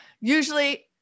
Usually